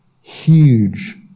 huge